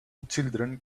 children